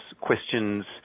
questions